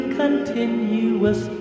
continuous